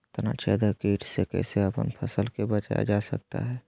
तनाछेदक किट से कैसे अपन फसल के बचाया जा सकता हैं?